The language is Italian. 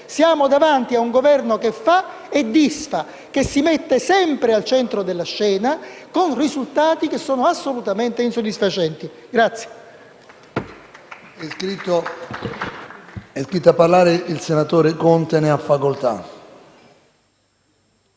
Siamo davanti a un Governo che fa e disfa e si mette sempre al centro della scena con risultati assolutamente insoddisfacenti.